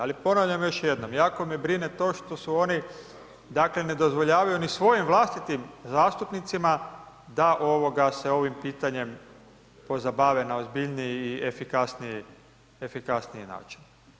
Ali ponavljam još jednom, jako me brine to što su oni, dakle ne dozvoljavaju ni svojim vlastitim zastupnicima da se ovim pitanjem pozabave na ozbiljniji i efikasniji način.